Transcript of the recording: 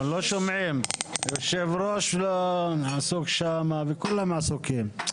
יושב הראש עסוק שם, וכולם עסוקים.